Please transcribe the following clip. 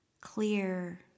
clear